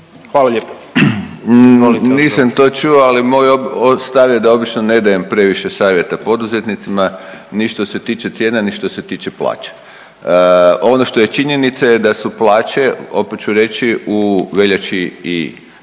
Boris** Nisam to čuo, ali moj stav je da obično ne dajem previše savjeta poduzetnicima ni što se tiče cijena, ni što se tiče plaća. Ono što je činjenica da su plaće, opet ću reći u veljači i ožujku